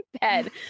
bed